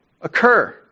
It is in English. occur